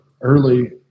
early